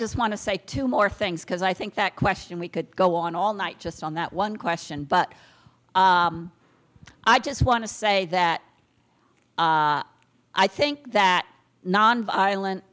just want to say two more things because i think that question we could go on all night just on that one question but i just want to say that i think that nonviolent